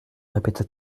répéta